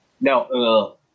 No